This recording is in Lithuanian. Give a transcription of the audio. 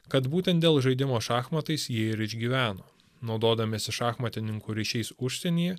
kad būtent dėl žaidimo šachmatais jie ir išgyveno naudodamiesi šachmatininkų ryšiais užsienyje